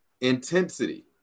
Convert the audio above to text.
Intensity